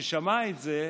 כששמע את זה,